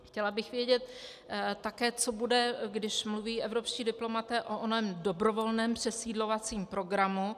Chtěla bych vědět také, co bude, když mluví evropští diplomaté o onom dobrovolném přesídlovacím programu.